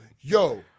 yo